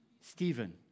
Stephen